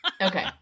Okay